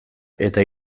eta